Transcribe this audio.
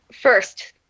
First